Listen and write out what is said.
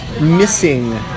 missing